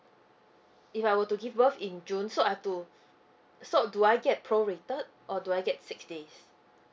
if I were to give birth in june so I have to so do I get pro rated or do I get six days